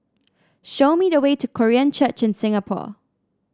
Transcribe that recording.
show me the way to Korean Church in Singapore